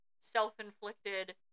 self-inflicted